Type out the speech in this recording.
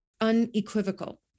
unequivocal